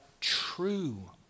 true